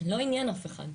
לא עניין אף אחד: